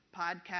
podcast